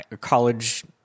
college